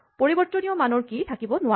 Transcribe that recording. পৰিবৰ্তনীয় মানৰ কীচাবি থাকিব নোৱাৰে